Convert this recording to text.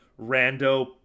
rando